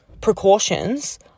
precautions